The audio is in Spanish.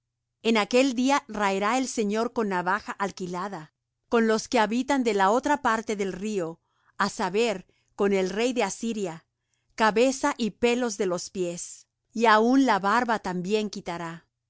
en aquel día raerá el señor con navaja alquilada con los que habitan de la otra parte del río á saber con el rey de asiria cabeza y pelos de los pies y aun la barba también quitará y